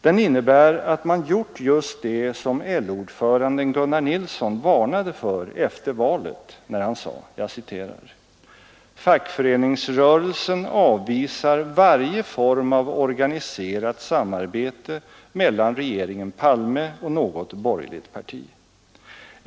Den innebär att man gjort just det som LO-ordföranden Gunnar Nilsson varnade för efter valet, när han sade: ”Fackföreningsrörelsen avvisar varje form av organiserat samarbete mellan regeringen Palme och något borgerligt parti.